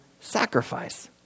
sacrifice